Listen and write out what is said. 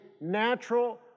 natural